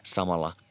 Samalla